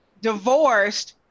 divorced